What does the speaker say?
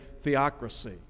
theocracy